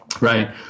Right